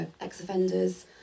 ex-offenders